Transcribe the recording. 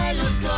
look